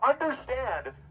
Understand